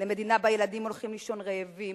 למדינה שבה ילדים הולכים לישון רעבים,